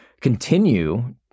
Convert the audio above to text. continue